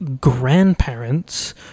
grandparents